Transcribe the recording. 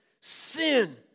sin